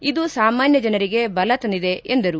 ಇದು ಸಾಮಾನ್ಕ ಜನರಿಗೆ ಬಲ ತಂದಿದೆ ಎಂದರು